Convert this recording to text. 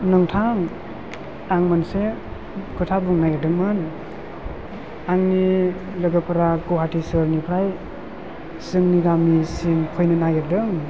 नोंथां आं मोनसे खोथा बुंनो नागिरदोंमोन आंनि लोगोफोरा गुवाहाटी सोहोरनिफ्राय जोंनि गामिसिम फैनो नागिरदों